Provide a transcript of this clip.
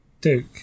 Duke